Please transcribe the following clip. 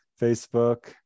Facebook